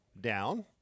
down